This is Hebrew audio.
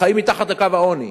חיים מתחת לקו העוני.